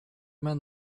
man